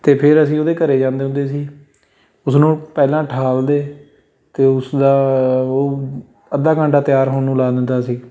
ਅਤੇ ਫੇਰ ਅਸੀਂ ਉਹਦੇ ਘਰੇ ਜਾਂਦੇ ਹੁੰਦੇ ਸੀ ਉਸ ਨੂੰ ਪਹਿਲਾਂ ਉਠਾਲਦੇ ਅਤੇ ਉਸਦਾ ਉਹ ਅੱਧਾ ਘੰਟਾ ਤਿਆਰ ਹੋਣ ਨੂੰ ਲਾ ਦਿੰਦਾ ਸੀ